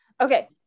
okay